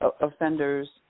offenders